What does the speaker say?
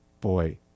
Boy